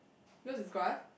yours is grass